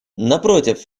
напротив